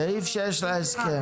סעיף 6 להסכם.